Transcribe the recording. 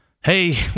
Hey